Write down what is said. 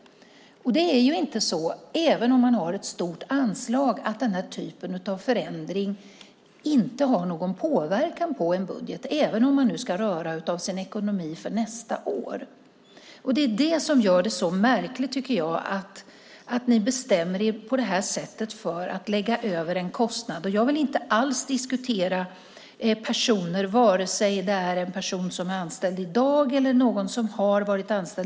Även om man har ett stort anslag är det inte så att den här typen av förändring inte har någon påverkan på en budget, även om man nu ska röra av sin ekonomi för nästa år. Det som gör det så märkligt är att ni på det här sättet bestämmer er för att lägga över en kostnad. Jag vill inte alls diskutera personer, vare sig det är en person som är anställd i dag eller någon som har varit anställd.